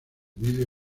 vídeo